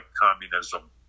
communism